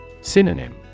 Synonym